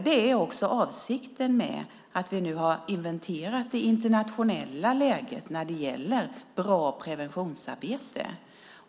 Det är också avsikten med att vi nu har inventerat det internationella läget när det gäller bra preventionsarbete.